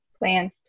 plans